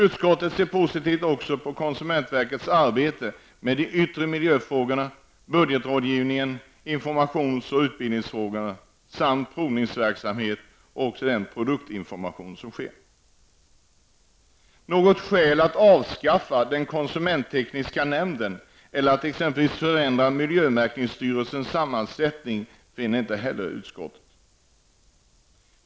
Utskottet ser positivt på konsumentverkets arbete med de yttre miljöfrågorna, budgetrådgivningen, informations och utbildningsfrågorna samt provningsverksamheten och produktinformationen. Något skäl att avskaffa den konsumenttekniska nämnden eller att förändra miljömärkningsstyrelsens sammansättning finner utskottet inte heller.